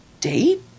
date